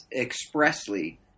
expressly